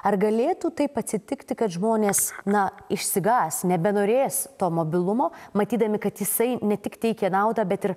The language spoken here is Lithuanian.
ar galėtų taip atsitikti kad žmonės na išsigąs nebenorės to mobilumo matydami kad jisai ne tik teikė naudą bet ir